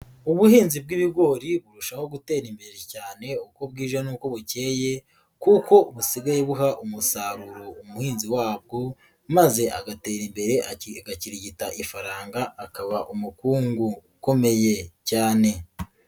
Ubuhinzi bw'ibigori burushaho gutera imbere cyane uko bwije n'uko bukeye kuko busigaye buha umusaruro umuhinzi wabwo maze agatera imbere agakirigita ifaranga akaba umukungugu ukomeye cyane.